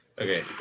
Okay